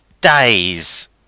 days